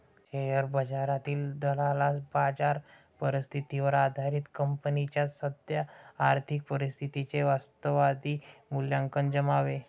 share बाजारातील दलालास बाजार परिस्थितीवर आधारित कंपनीच्या सद्य आर्थिक परिस्थितीचे वास्तववादी मूल्यांकन जमावे